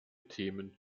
themen